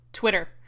Twitter